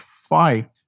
fight